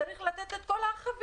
צריך לתת את כל החבילה,